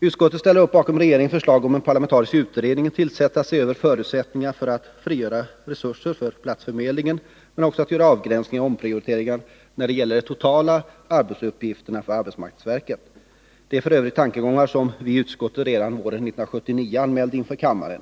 Utskottet ställer sig bakom regeringens förslag om att en parlamentarisk utredning tillsätts för att se över förutsättningarna att frigöra resurser för platsförmedlingen men också göra avgränsningar och omprioriteringar när det gäller de totala arbetsuppgifterna för arbetsmarknadsverket. Detta är f. ö. tankegångar som arbetsmarknadsutskottet redan våren 1979 anmälde inför kammaren.